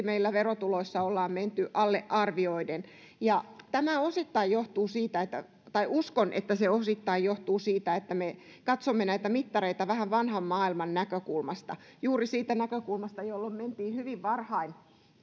meillä verotuloissa ollaan menty alle arvioiden niin tämä osittain johtuu siitä tai uskon että se osittain johtuu siitä että me katsomme näitä mittareita vähän vanhan maailman näkökulmasta juuri siitä näkökulmasta jolloin mentiin hyvin varhain